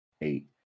eight